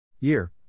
year